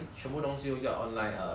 err 他